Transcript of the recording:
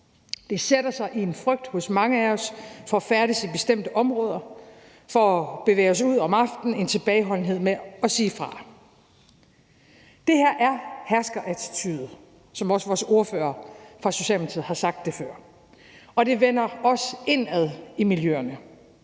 Det sætter sig som en frygt i mange af os for at færdes i bestemte områder og for at bevæge os ud om aftenen og som en tilbageholdenhed med at sige fra. Det her er herskerattitude, som også vores ordfører fra Socialdemokratiet har sagt før, og det vender også indad i miljøerne.